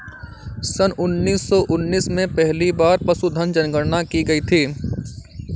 सन उन्नीस सौ उन्नीस में पहली बार पशुधन जनगणना की गई थी